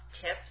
tips